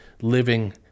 living